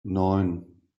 neun